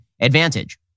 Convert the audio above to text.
advantage